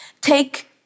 Take